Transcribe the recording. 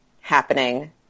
happening